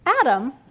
Adam